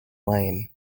lane